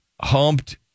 humped